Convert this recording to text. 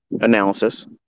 analysis